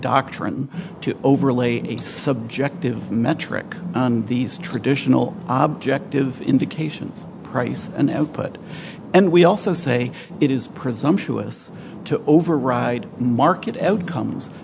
doctrine to overlay a subjective metric on these traditional object of indications price and output and we also say it is presumptuous to override and market outcomes